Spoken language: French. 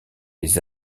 les